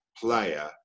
player